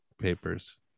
papers